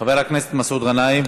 חבר הכנסת מסעוד גנאים.